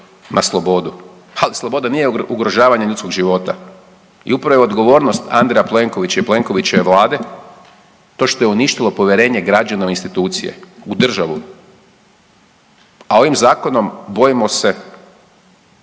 na slobodu ali sloboda nije ugrožavanje ljudskog života. I upravo je odgovornost Andreja Plenkovića i Plenkovićeve vlade to što je uništilo povjerenje građana u institucije, u državu. A ovim zakonom bojimo se